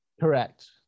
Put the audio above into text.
Correct